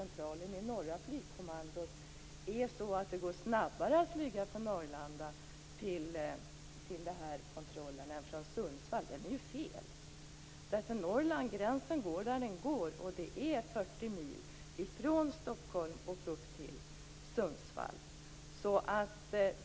När ministern säger att det går snabbare att flyga från Arlanda till krigskontrollcentralen i Norra flygkommandot än från Sundsvall är det fel. Gränsen går där den går, och det är 40 mil från Stockholm upp till Sundsvall.